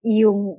yung